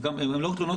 רובם לא תלונות